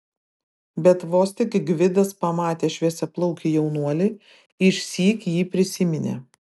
bet vos tik gvidas pamatė šviesiaplaukį jaunuolį išsyk jį prisiminė